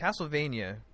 Castlevania